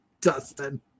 Dustin